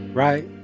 right?